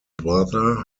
brother